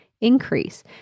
increase